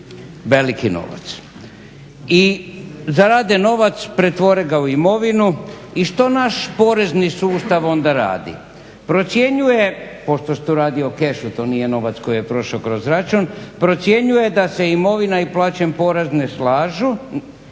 veliki novac. I zarade novac, pretvore ga u imovinu i što naš porezni sustav onda radi? Procjenjuje, pošto se tu radi o kešu to nije novac koji je prošao kroz račun, procjenjuje da se imovina i plaćen porez ne slažu